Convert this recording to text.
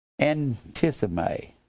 antitheme